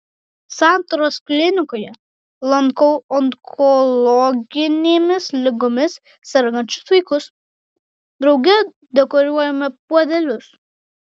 santaros klinikoje lankau onkologinėmis ligomis sergančius vaikus drauge dekoruojame puodelius